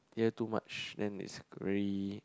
here too much then it's very